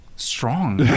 Strong